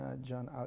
John